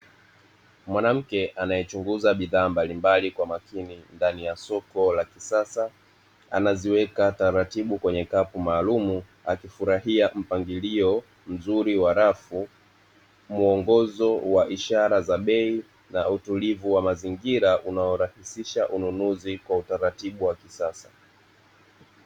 Mwanamke anayechunguza bidhaa mbalimbali kwa makini ndani ya soko la kisasa anaziweka taratibu kwenye kapu maalumu akifurahia mpangilio mzuri wa rafu, muongozo wa ishara za bei na utulivu wa mazingira unaorahisisha ununuzi kwa utaratibu wa kisasa.